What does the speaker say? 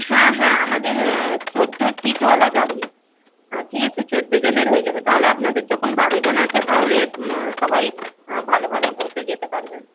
হ্যাঁ হ্যাঁ আমাদের চৌদ্দো সিটওয়ালা গাড়ি ঠিক আছে চৌদ্দো জনের হয়ে যাবে তাহলে আপনাদের যখন বারো জন আছে তাহলে সবাই ভালোভাবে বসে যেতে পারবে